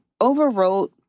overwrote